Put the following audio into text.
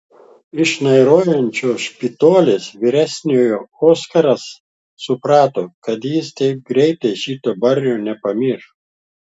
iš šnairuojančio špitolės vyresniojo oskaras suprato kad jis taip greitai šito barnio nepamirš